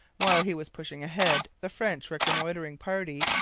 while he was pushing ahead the french reconnoitring party,